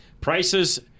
Prices